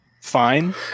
fine